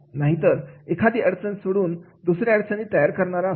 नाहीतर एक अडचण सोडून दुसऱ्या अडचणी तयार करणारा असतो